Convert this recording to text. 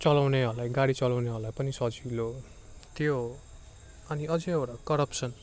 चलाउनेहरूलाई गाडी चलाउनेहरूलाई पनि सजिलो त्यो अनि अझै एउटा करप्सन